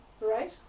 right